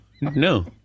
No